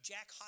Jack